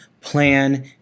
plan